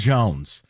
Jones